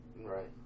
Right